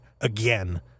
again